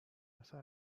اثر